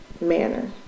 manner